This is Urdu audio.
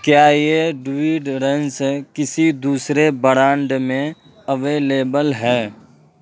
کیا یہ ڈویڈرینز ہیں کسی دوسرے برانڈ میں اویلیبل ہے